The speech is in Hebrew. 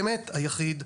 באמת היחיד,